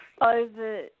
over